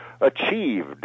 achieved